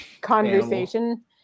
conversation